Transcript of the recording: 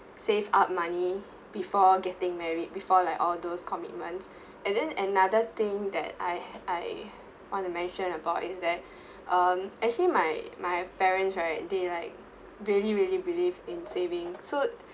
save up money before getting married before like all those commitments and then another thing that I I want to mention about is that um actually my my parents right they like really really believe in saving so